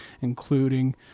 including